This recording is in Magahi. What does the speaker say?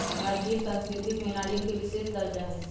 भारतीय संस्कृति में नारियल के विशेष दर्जा हई